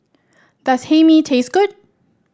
does Hae Mee taste good